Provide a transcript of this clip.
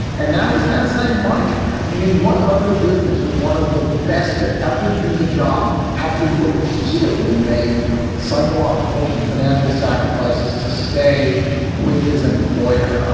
and now he's kind of saying my turn. i mean, in what other business would one of the best to ever do the job have to repeatedly make psychological and financial sacrifices to stay with his employer?